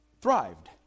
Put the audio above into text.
thrived